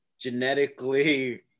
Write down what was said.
genetically